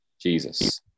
Jesus